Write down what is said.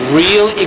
real